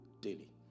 daily